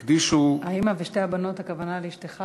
והן הקדישו, האימא ושתי הבנות, הכוונה לאשתך